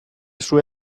sue